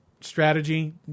strategy